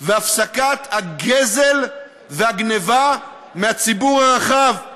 והפסקת הגזל והגנבה מהציבור הרחב.